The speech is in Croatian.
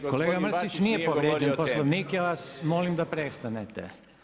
Kolega bačić nije povrijedio Poslovnik, ja vas molim da prestanete.